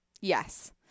Yes